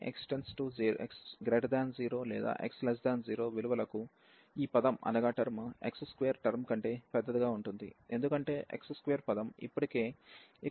కాబట్టి అన్ని x 0 లేదా x 0 విలువలకు ఈ పదం x2 టర్మ్ కంటే పెద్దదిగా ఉంటుంది ఎందుకంటే x2 పదం ఇప్పటికే ఇక్కడ ఉంచబడింది